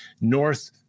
north